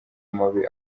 mabi